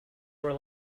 were